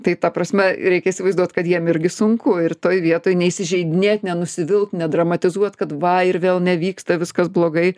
tai ta prasme reikia įsivaizduot kad jiem irgi sunku ir toj vietoj neįsižeidinėt nenusivilt nedramatizuot kad va ir vėl nevyksta viskas blogai